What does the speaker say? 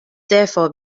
therefore